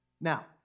Now